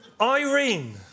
Irene